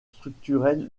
structurel